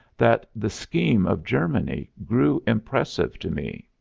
that the scheme of germany grew impressive to me.